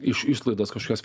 iš išlaidas kažkokias